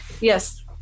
Yes